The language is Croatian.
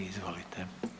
Izvolite.